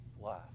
life